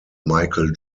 michael